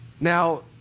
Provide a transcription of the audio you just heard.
Now